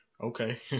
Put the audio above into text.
Okay